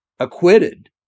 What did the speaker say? Acquitted